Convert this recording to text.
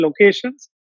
locations